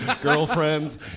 Girlfriends